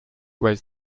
weighs